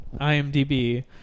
IMDb